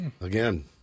Again